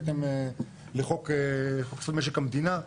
בהתאם לחוק משק המדינה,